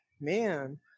man